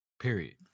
Period